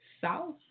south